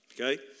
okay